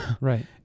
Right